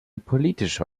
politische